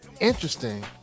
interesting